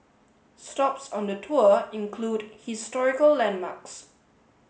stops on the tour include historical landmarks